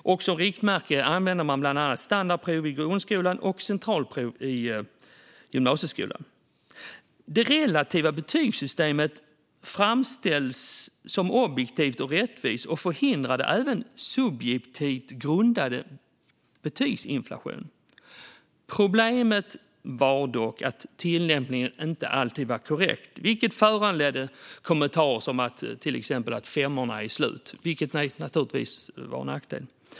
Som riktmärke använde man bland annat standardprov i grundskolan och centralprov i gymnasieskolan. Det relativa betygssystemet framställdes som objektivt och rättvist och förhindrade även en subjektivt grundad betygsinflation. Problemet var att tillämpningen inte alltid var korrekt, vilket föranledde kommentarer som till exempel att femmorna var slut. Det var naturligtvis en nackdel.